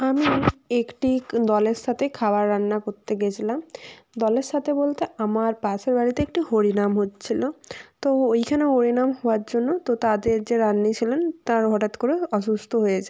আমি একটি দলের সাথে খাবার রান্না করতে গেছিলাম দলের সাথে বলতে আমার পাশের বাড়িতে একটি হরিনাম হচ্ছিলো তো ওইখানে হরিনাম হওয়ার জন্য তো তাদের রাঁধুনি ছিলেন তার হঠাৎ করে অসুস্থ হয়ে যায়